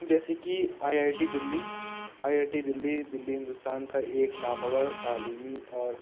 جیسے کہ I I T Delhi I I T Delhi Delhi Hindustan کا ایک نامور تعلیمی اور